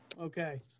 Okay